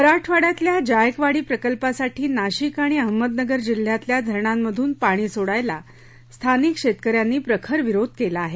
मराठवाङ्यातल्या जायकवाडी प्रकल्पासाठी नाशिक आणि अहमदनगर जिल्ह्यातल्या धरणांमधून पाणी सोडायला स्थानिक शेतक यांनी प्रखर विरोध केला आहे